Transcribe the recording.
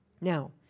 Now